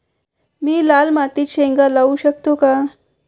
मी लाल मातीत शेंगा लावू शकतो का?